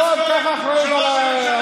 לפחות קח אחריות על הדבר.